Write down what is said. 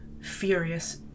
furious